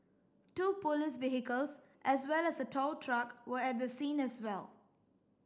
two police vehicles as well as a tow truck were at the scene as well